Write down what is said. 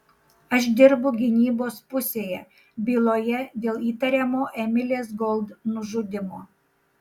aš dirbu gynybos pusėje byloje dėl įtariamo emilės gold nužudymo